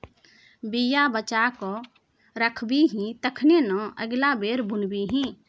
बीया बचा कए राखबिही तखने न अगिला बेर बुनबिही